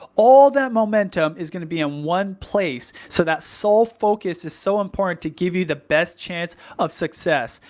ah all that momentum is gonna be in one place, so that soul focus is so important to give you the best chance of success.